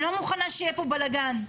אני לא מוכנה שיהיה פה בלגן.